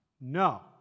No